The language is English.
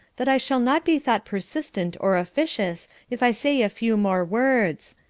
that i shall not be thought persistent or officious if i say a few more words.